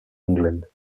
england